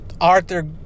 Arthur